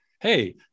Hey